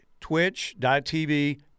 twitch.tv